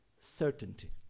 certainty